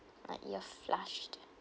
like you're flushed